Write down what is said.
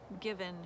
given